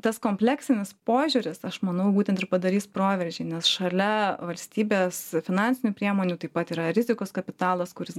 tas kompleksinis požiūris aš manau būtent ir padarys proveržį nes šalia valstybės finansinių priemonių taip pat yra rizikos kapitalas kuris